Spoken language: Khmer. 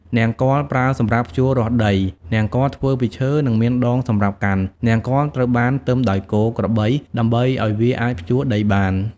នង្គ័ល ប្រើសម្រាប់ភ្ជួររាស់ដី នង្គ័លធ្វើពីឈើ និងមានដងសម្រាប់កាន់។ នង្គ័លត្រូវបានទឹមដោយគោ ក្របី ដើម្បីឲ្យវាអាចភ្ជួរដីបាន។